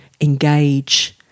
engage